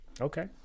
Okay